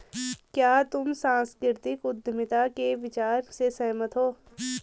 क्या तुम सांस्कृतिक उद्यमिता के विचार से सहमत हो?